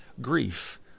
grief